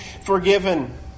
forgiven